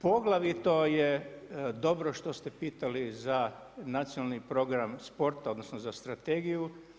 Poglavito je dobro što ste pitali za nacionalni program sporta, odnosno, za strategiju.